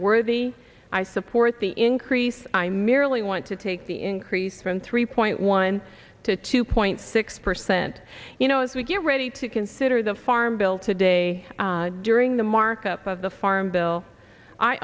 worthy i support the increase i merely want to take the increase from three point one to two point six percent you know as we get ready to consider the farm bill today during the markup of the farm bill i